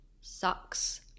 sucks